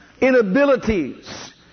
inabilities